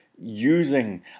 using